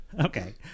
Okay